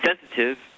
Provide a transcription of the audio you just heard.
sensitive